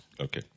Okay